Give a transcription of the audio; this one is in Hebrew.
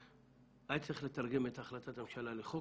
היה צריך לתרגם את החלטת הממשלה לחוק,